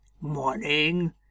Morning